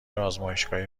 آزمایشگاهی